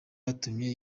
yatumye